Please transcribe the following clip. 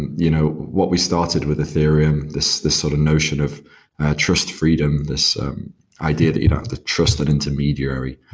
you know what we started with ethereum, this this sort of notion of trust freedom. this idea that you don't have to trust that intermediary,